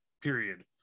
period